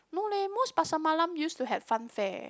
no leh most Pasar Malam used to had fun fair